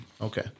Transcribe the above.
Okay